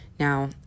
Now